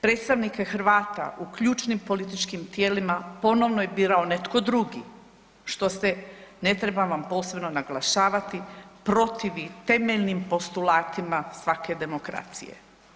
Predstavnike Hrvata u ključnim političkim tijelima ponovno je birao netko drugi što se ne trebam vam posebno naglašavati protiv temeljnim postulatima svake demokracije.